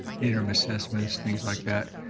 interim assessments, things like that.